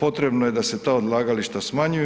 potrebno je da se ta odlagališta smanjuju.